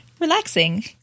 relaxing